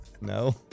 No